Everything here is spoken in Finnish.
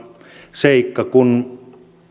seikka kun